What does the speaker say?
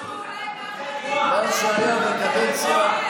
מה שהיה בקדנציה,